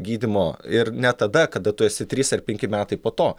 gydymo ir net tada kada tu esi trys ar penki metai po to